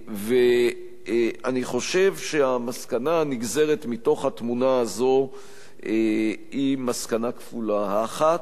אני חושב שהמסקנה הנגזרת מתוך התמונה הזאת היא מסקנה כפולה: האחת,